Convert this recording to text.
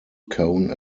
cone